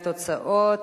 התוצאות: